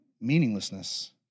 meaninglessness